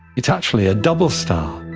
it's actually a double star.